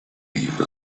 leave